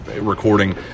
recording